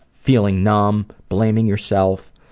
feeling numb, blaming yourself,